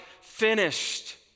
finished